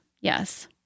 Yes